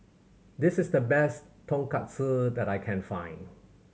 this is the best Tonkatsu that I can find